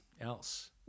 else